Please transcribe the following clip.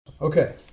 Okay